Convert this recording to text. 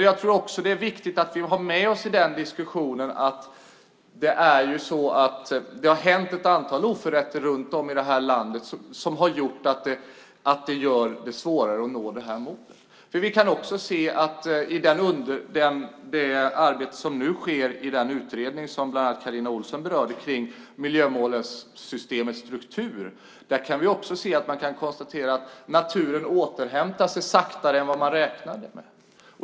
Jag tror att det är viktigt att vi har med oss i diskussionen att det har hänt ett antal oförrätter här i landet som gör det svårare att nå målet. I arbetet med den utredning när det gäller miljömålssystemets struktur som bland andra Carina Ohlsson berörde kan vi se att naturen återhämtar sig långsammare än man räknade med.